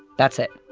that's it.